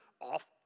off